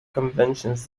conventions